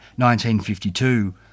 1952